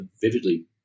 vividly